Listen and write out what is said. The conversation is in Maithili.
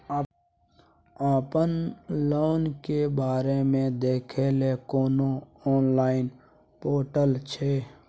अपन लोन के बारे मे देखै लय कोनो ऑनलाइन र्पोटल छै?